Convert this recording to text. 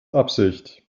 absicht